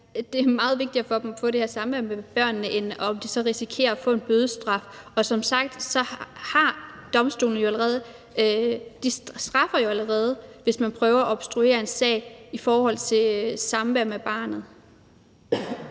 det er meget vigtigere for dem at få det her samvær med børnene, end at de så risikerer at få en bødestraf. Og som sagt straffer domstolene det jo allerede, hvis man prøver at obstruere en sag i forhold til samvær med barnet.